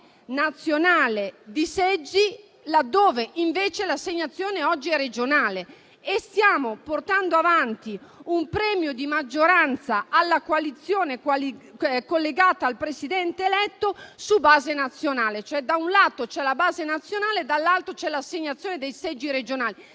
nazionale di seggi laddove invece l'assegnazione oggi è regionale e stiamo portando avanti un premio di maggioranza alla coalizione collegata al Presidente eletto su base nazionale. Cioè da un lato c'è la base nazionale, dall'altro c'è l'assegnazione dei seggi su base